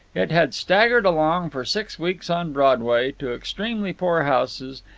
it had staggered along for six weeks on broadway to extremely poor houses,